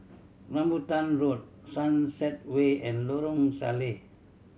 Rambutan Road Sunset Way and Lorong Salleh